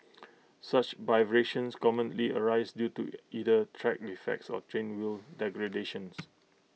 such vibrations commonly arise due to either track defects or train wheel degradations